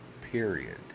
period